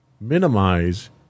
minimize